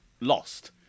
lost